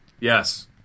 Yes